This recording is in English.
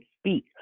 speak